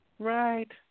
Right